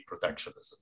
protectionism